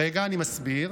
רגע, אני מסביר.